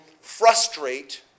frustrate